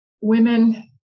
Women